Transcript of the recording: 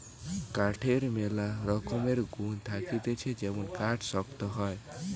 কাঠের ম্যালা রকমের গুন্ থাকতিছে যেমন কাঠ শক্ত হয়